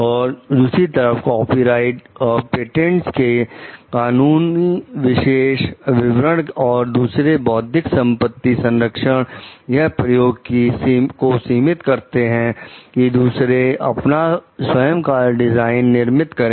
और दूसरी तरफ कॉपीराइट और पेटेंट के कानूनी विशेष विवरण और दूसरे बौद्धिक संपत्ति संरक्षण यह प्रयोग को सीमित करते हैं कि दूसरे अपना स्वयं का डिजाइन निर्मित करें